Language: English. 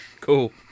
cool